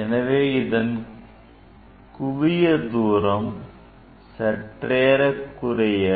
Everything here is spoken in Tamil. எனவே இதன் குவியத் தூரம் சற்றேறக்குறைய